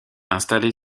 installer